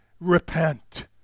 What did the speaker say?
repent